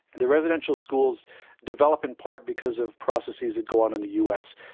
the residential schools develop in part because of processes that go on in the us.